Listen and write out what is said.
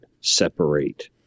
separate